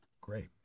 Great